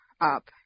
up